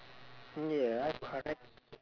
mm ya correct